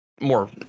more